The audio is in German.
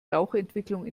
rauchentwicklung